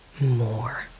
more